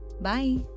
bye